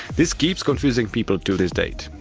this keeps confusing people to this date.